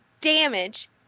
damage